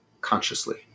consciously